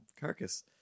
carcass